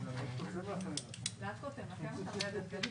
כתוב: למאיר בן שבת,